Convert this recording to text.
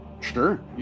Sure